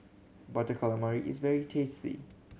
Butter Calamari is very tasty